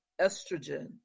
estrogen